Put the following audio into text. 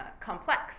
complex